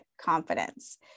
confidence